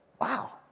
Wow